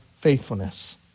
faithfulness